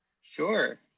Sure